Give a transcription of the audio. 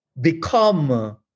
become